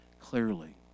clearly